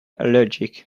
allergic